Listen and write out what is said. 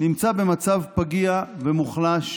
נמצא במצב פגיע ומוחלש,